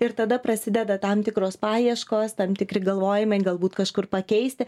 ir tada prasideda tam tikros paieškos tam tikri galvojimai galbūt kažkur pakeisti